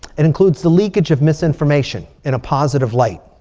it includes the leakage of misinformation in a positive light.